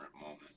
moment